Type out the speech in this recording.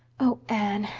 oh, anne,